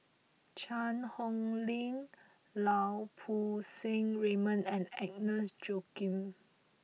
Cheang Hong Lim Lau Poo Seng Raymond and Agnes Joaquim